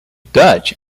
dutch